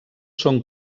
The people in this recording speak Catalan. són